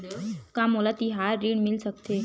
का मोला तिहार ऋण मिल सकथे?